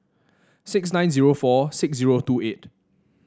six nine zero four six zero two eight